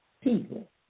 people